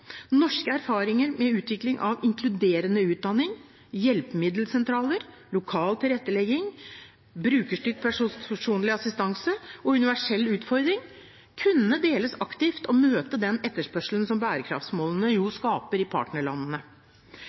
Norske erfaringer med utvikling av inkluderende utdanning, hjelpemiddelsentraler, lokal tilrettelegging, brukerstyrt personlig assistanse og universell utforming kunne deles aktivt og møte den etterspørselen som bærekraftsmålene skaper i partnerlandene.